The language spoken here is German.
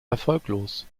erfolglos